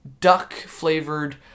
duck-flavored